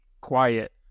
quiet